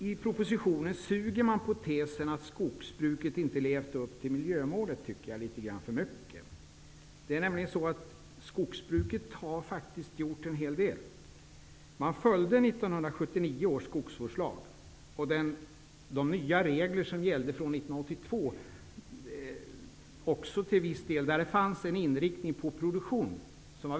I propositionen tycker jag att man suger litet för mycket på tesen att skogsbruket inte har levt upp till miljömålet. Skogsbruket har faktiskt gjort en hel del. Man följde 1979 års skogvårdslag och till viss del de nya regler som gällde från 1982. Där fanns det en väldigt stark inriktning på produktion.